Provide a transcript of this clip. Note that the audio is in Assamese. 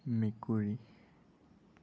মেকুৰী